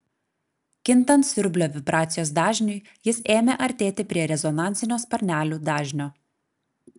kintant siurblio vibracijos dažniui jis ėmė artėti prie rezonansinio sparnelių dažnio